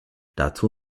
dazu